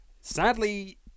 sadly